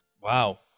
wow